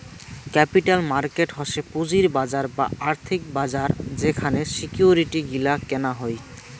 capital market হসে পুঁজির বাজার বা আর্থিক বাজার যেখানে সিকিউরিটি গিলা কেনা হই